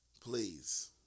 Please